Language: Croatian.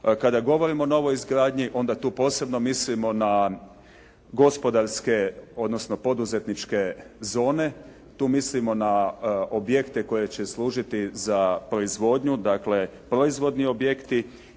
Kada govorimo o novoj izgradnji onda tu posebno mislimo na gospodarske odnosno poduzetničke zone, tu mislimo na objekte koje će služiti za proizvodnju, dakle, proizvodni objekti.